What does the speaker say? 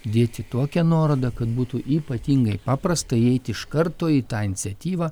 dėti tokią nuorodą kad būtų ypatingai paprasta įeiti iš karto į tą iniciatyvą